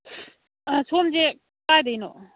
ꯁꯣꯝꯁꯦ ꯀꯥꯏꯗꯩꯅꯣ